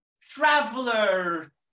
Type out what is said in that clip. traveler